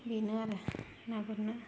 बेनो आरो ना गुरनो